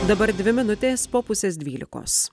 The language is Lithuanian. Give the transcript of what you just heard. dabar dvi minutės po pusės dvylikos